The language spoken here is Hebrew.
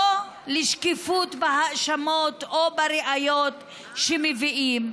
לא לשקיפות בהאשמות או בראיות שמביאים,